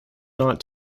not